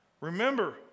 Remember